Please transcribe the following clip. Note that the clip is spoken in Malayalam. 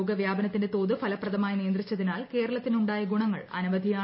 രോഗവ്യാപനത്തിന്റെ തോത് ഫലപ്രദമായി നിയന്ത്രിച്ചതിനാൽ കേരളത്തിനുണ്ടായ ഗുണങ്ങൾ അനവധിയാണ്